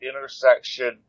intersection